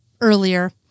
earlier